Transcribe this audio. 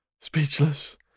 Speechless